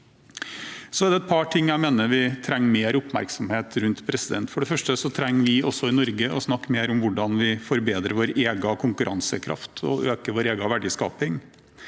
jeg mener vi trenger mer oppmerksomhet rundt. For det første trenger vi, også i Norge, å snakke mer om hvordan vi forbedrer vår egen konkurransekraft og øker vår egen verdiskaping.